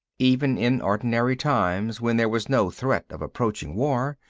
even in ordinary times, when there was no threat of approaching war,